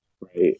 Right